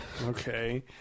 Okay